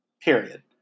Period